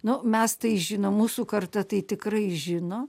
nu mes tai žinom mūsų karta tai tikrai žino